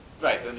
Right